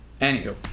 Anywho